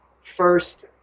first